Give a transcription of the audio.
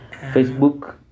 Facebook